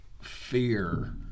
fear